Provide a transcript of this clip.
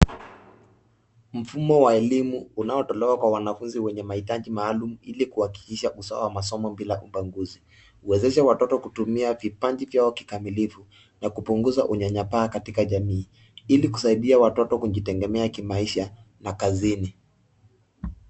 Mfumo wa elimu unaotolewa kwa wanafunzi wenye mahitaji maalum ili kuhakikisha usawa wa masomo bila ubaguzi. Huwezesha watoto kutumia vipaji vyao kikamilifu na kupunguza unyanyapaa katika jamii, ili kusaidia watoto kujitegemea kimaisha na kazini.